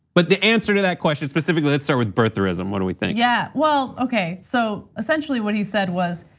but the answer to that question, specifically, let's start with birtherism. what do we think? yeah, well, okay, so essentially what he said was,